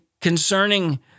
concerning